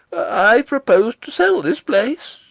i propose to sell this place.